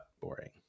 boring